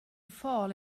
fall